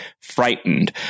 frightened